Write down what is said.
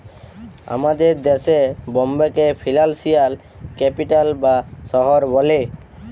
আমাদের দ্যাশে বম্বেকে ফিলালসিয়াল ক্যাপিটাল বা শহর ব্যলে